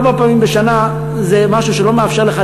ארבע פעמים בשנה זה משהו שלא מאפשר לך